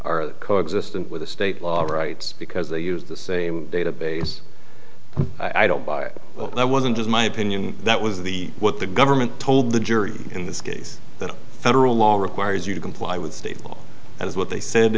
are coexistent with the state law rights because they use the same database i don't buy that wasn't just my opinion that was the what the government told the jury in this case that federal law requires you to comply with state law as what they said